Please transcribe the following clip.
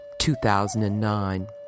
2009